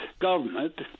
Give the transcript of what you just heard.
government